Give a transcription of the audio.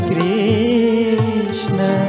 Krishna